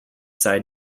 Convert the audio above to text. side